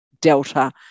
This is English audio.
Delta